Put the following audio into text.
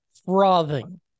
Frothing